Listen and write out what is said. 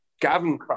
Gavin